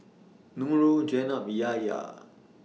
Nurul Jenab Yahya